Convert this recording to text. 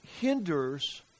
hinders